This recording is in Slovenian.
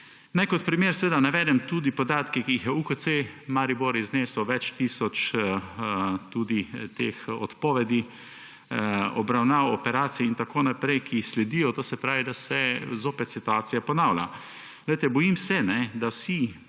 Naj kot primer navedem tudi podatke, ki jih je UKC Maribor iznesel, več tisoč odpovedi obravnav, operacij in tako naprej, ki sledijo. To se pravi, da se zopet situacija ponavlja. Bojim se, da vsi